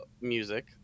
music